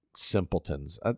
simpletons